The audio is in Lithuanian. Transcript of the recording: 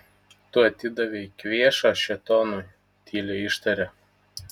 tu atidavei kvėšą šėtonui tyliai ištarė